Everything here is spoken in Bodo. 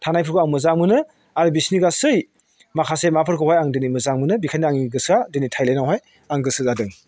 थांनायफोरखौ आं मोजां मोनो आरो बिसोरनि गासै माखासे माबाफोरखौहाय आं दिनै मोजां मोनो बेनिखायनो आंनि गोसोआ दिनै थायलेन्डआवहाय आं गोसो जादों